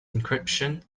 encryption